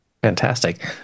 Fantastic